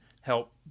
help